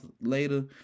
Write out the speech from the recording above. later